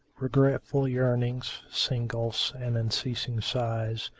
regretful yearnings, singulfs and unceasing sighs,